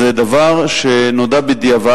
זה דבר שנודע בדיעבד.